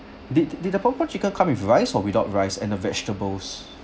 did did the popcorn chicken come with rice or without rice and a vegetables